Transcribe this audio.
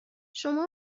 شما